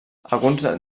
alguns